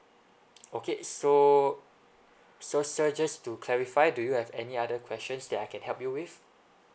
okay so so sir just to clarify do you have any other questions that I can help you with